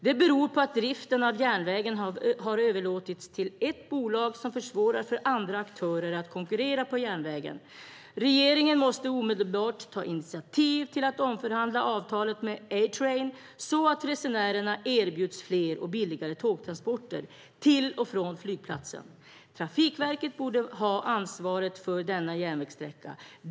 Det beror på att driften av järnvägen har överlåtits till ett bolag som försvårar för andra aktörer att konkurrera på järnvägen. Regeringen måste omedelbart ta initiativ till att omförhandla avtalet med A-train så att resenärerna erbjuds fler och billigare tågtransporter till och från flygplatsen. Trafikverket borde ha ansvaret för denna järnvägssträcka.